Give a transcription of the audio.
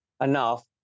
enough